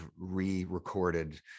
re-recorded